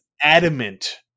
adamant